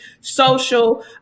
social